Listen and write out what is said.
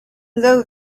though